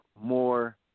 more